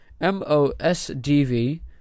M-O-S-D-V